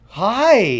hi